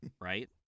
right